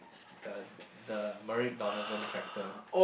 the the Donovan factor